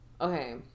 Okay